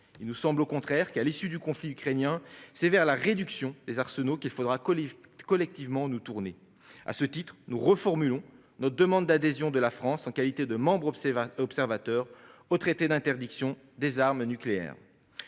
Il nous semble au contraire qu'à l'issue du conflit ukrainien, c'est vers la réduction des arsenaux qu'il faudra collectivement nous tourner. À ce titre, nous reformulons notre demande d'adhésion de la France, en qualité de membre observateur, au traité sur l'interdiction des armes nucléaires.